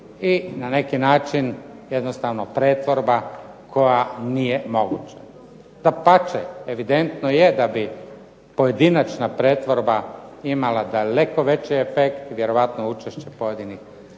i na neki način jednostavno pretvorba koja nije moguće. Dapače, evidentno je da bi pojedinačna pretvorba imala daleko veće efekt, vjerojatno učešće pojedinih radnika